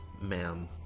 ma'am